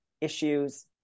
issues